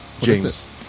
James